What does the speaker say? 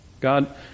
God